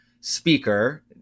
speaker